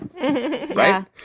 right